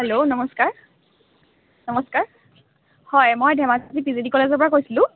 hello নমস্কাৰ নমস্কাৰ হয় মই ধেমাজি পি জি টি কলেজৰপৰা কৈছিলোঁ